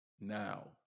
now